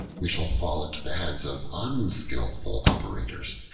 we shall fall into the hands of unskillful operators,